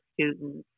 students